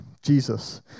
Jesus